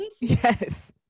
Yes